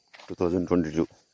2022